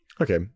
Okay